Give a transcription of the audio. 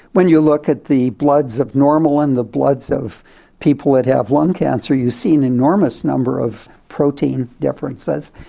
when you look at the bloods of normal and the bloods of people that have lung cancer you see an enormous number of protein differences.